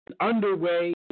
underway